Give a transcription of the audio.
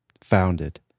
founded